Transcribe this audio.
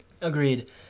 Agreed